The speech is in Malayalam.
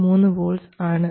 83 വോൾട്ട്സ് ആണ്